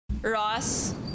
Ross